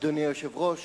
אדוני היושב-ראש,